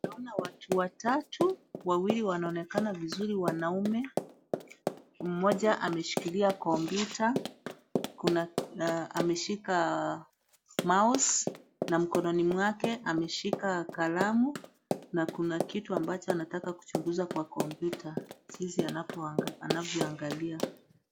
Naona watu watatu, wawili wanaonekana vizuri wanaume, mmoja ameshikilia kompyuta. Kuna ameshika mouse na mkononi mwake ameshika kalamu na kuna kitu ambacho anataka kuchunguza kwa kompyuta jinsi anavyoangalia.